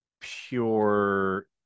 pure